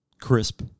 Crisp